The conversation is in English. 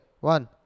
one